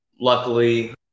Luckily